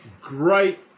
great